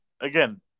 again